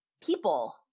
people